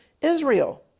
Israel